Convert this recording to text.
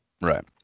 right